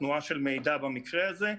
תנועה של מידע במקרה הזה,